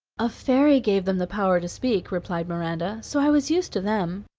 a fairy gave them the power to speak, replied miranda. so i was used to them.